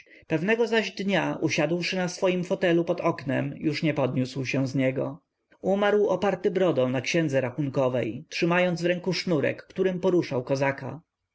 pewnego zaś dnia usiadłszy na swym fotelu pod oknem już nie podniósł się z niego umarł oparty brodą na księdze handlowej trzymając w ręku sznurek którym poruszał kozaka